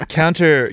counter